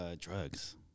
drugs